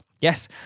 Yes